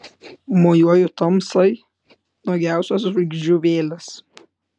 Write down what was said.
mojuoju tamsai nuogiausios žvaigždžių vėlės